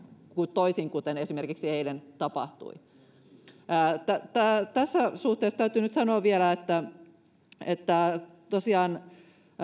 toisin kuin esimerkiksi eilen tapahtui tässä suhteessa täytyy nyt sanoa vielä että että tosiaan